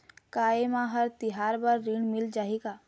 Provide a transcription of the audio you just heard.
का ये मा हर तिहार बर ऋण मिल जाही का?